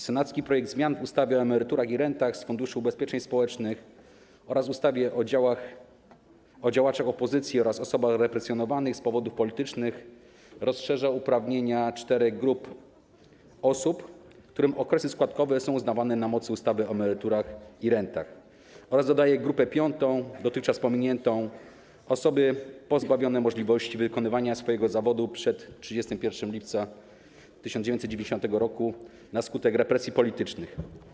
Senacki projekt zmian w ustawie o emeryturach i rentach z Funduszu Ubezpieczeń Społecznych oraz w ustawie o działaczach opozycji oraz osobach represjonowanych z powodów politycznych rozszerza uprawnienia czterech grup osób, których okresy składkowe są uznawane na mocy ustawy o emeryturach i rentach, oraz dodaje grupę piątą, dotychczas pominiętą - osoby pozbawione możliwości wykonywania swojego zawodu przed 31 lipca 1990 r. na skutek represji politycznych.